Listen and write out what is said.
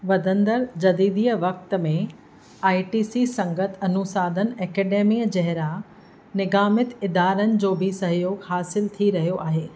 वधंदड़ु जदीदीअ वक़्त में आईटीसी संगत अनुसाधन अकेडमी जहिड़ा निगामित इदारनि जो बि सहयोगु हासिलु थी रहियो आहे